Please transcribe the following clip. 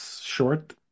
short